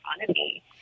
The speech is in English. economy